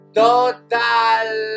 total